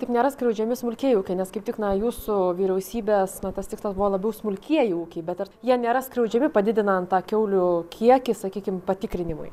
taip nėra skriaudžiami smulkieji ūkiai nes kaip tik na jūsų vyriausybės na tas tikslas buvo labiau smulkieji ūkiai bet ar jie nėra skriaudžiami padidinant tą kiaulių kiekį sakykim patikrinimui